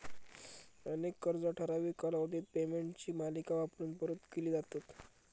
अनेक कर्जा ठराविक कालावधीत पेमेंटची मालिका वापरून परत केली जातत